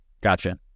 Gotcha